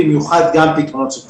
במיוחד גם פתרונות של פשרה.